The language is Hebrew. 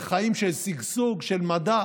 לחיים של שגשוג, של מדע?